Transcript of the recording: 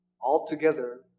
altogether